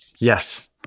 Yes